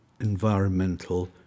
Environmental